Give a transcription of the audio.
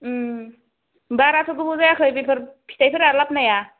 बाराथ' गोबाव जायाखै बेफोर फिथाइफोरा लाबनाया